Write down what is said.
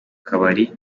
kabari